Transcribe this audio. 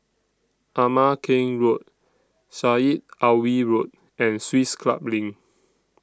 Ama Keng Road Syed Alwi Road and Swiss Club LINK